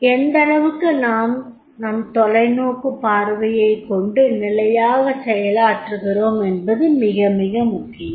எந்தளவுக்கு நாம் நம் தொலைநோக்குப் பார்வையைக் கொண்டு நிலையாகச் செயலாற்றுகிறோம் என்பது மிக மிக முக்கியம்